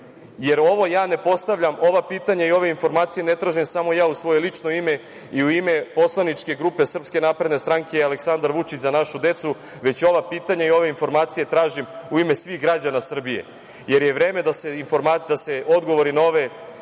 neke istrage? Ova pitanja i ove informacije ne tražim samo ja u svoje lično ime i u ime Poslaničke grupe Srpske napredne stranke „Aleksandar Vučić – Za našu decu“, već ova pitanja i ove informacije tražim u ime svih građana Srbije. Vreme je da se odgovori na ove tvrdnje